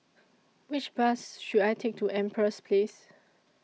Which Bus should I Take to Empress Place